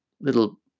little